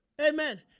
Amen